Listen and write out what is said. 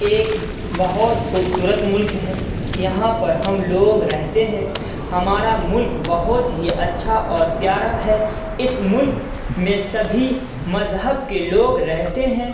ایک بہت خوبصورت ملک ہے یہاں پر ہم لوگ رہتے ہیں ہمارا ملک بہت ہی اچّھا اور پیارا ہے اس ملک میں سبھی مذہب کے لوگ رہتے ہیں